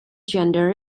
gender